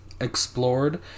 explored